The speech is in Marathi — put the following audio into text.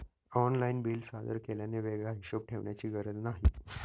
ऑनलाइन बिल सादर केल्याने वेगळा हिशोब ठेवण्याची गरज नाही